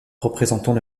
représentant